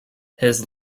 his